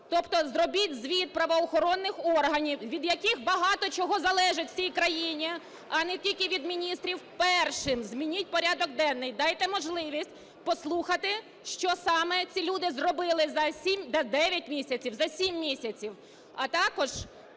Тобто зробіть звіт правоохоронних органів, від яких багато чого залежить у цій країні, а не тільки від міністрів. Першим змініть порядок денний, дайте можливість послухати, що саме ці люди зробили за сім, за